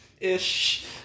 Ish